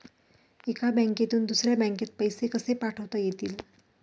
एका बँकेतून दुसऱ्या बँकेत पैसे कसे पाठवता येतील?